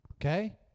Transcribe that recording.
Okay